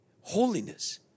Holiness